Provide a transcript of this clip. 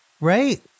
right